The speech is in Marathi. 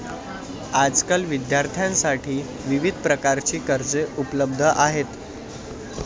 आजकाल विद्यार्थ्यांसाठी विविध प्रकारची कर्जे उपलब्ध आहेत